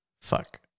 Fuck